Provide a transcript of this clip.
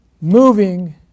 moving